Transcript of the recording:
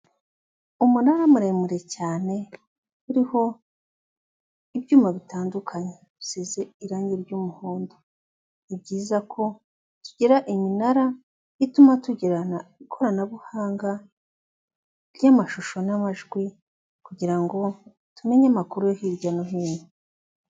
Umunara muremure cyane, uriho ibyuma bitandukanye bisize irangi ry'umuhondo, ni byiza ko tugira iminara ituma tugirana ikoranabuhanga ry'amashusho n'amajwi, kugira ngo tumenye amakuru yo hirya no hino.